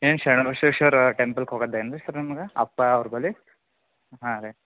ಏನು ಸರ್ ವಿಶ್ವೇಶ್ವರ ಟೆಂಪಲ್ಗೆ ಹೋಗೋದೇನ್ರಿ ಸರ್ ನಮ್ಗೆ ಅಪ್ಪ ಅವ್ರ ಬಳಿ ಹಾಂ ರೀ